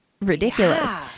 Ridiculous